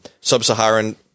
sub-Saharan